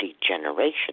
degeneration